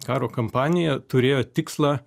karo kampanija turėjo tikslą